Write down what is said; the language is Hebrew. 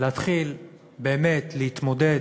להתחיל באמת להתמודד